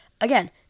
Again